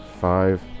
Five